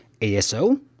ASO